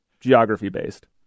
geography-based